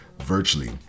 virtually